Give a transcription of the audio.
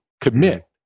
commit